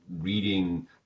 reading